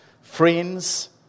friends